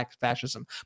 fascism